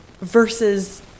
versus